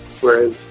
whereas